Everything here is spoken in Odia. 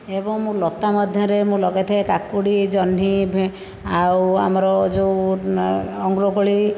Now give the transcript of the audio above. ଏବଂ ମୁଁ ଲତା ମଧ୍ୟରେ ମୁଁ ଲଗାଇଥାଏ କାକୁଡ଼ି ଜହ୍ନି ଭେ ଆଉ ଆମର ଯେଉଁ ଅଙ୍ଗୁର କୋଳି